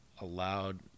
allowed